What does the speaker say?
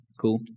Cool